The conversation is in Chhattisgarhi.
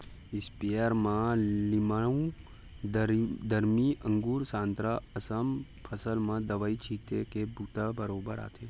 इस्पेयर म लीमउ, दरमी, अगुर, संतरा असन फसल म दवई छिते के बूता बरोबर आथे